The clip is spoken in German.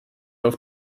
auf